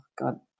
God